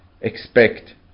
expect